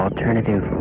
Alternative